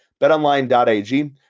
Betonline.ag